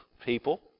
people